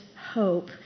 hope